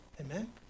Amen